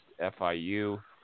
FIU